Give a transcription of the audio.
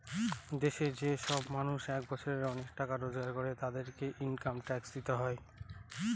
দেশে যে সব মানুষ এক বছরে অনেক টাকা রোজগার করে, তাদেরকে ইনকাম ট্যাক্স দিতে হয়